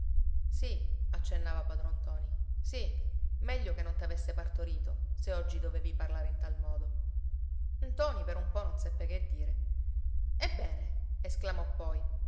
sì accennava padron ntoni sì meglio che non t'avesse partorito se oggi dovevi parlare in tal modo ntoni per un po non seppe che dire ebbene esclamò poi